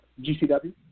GCW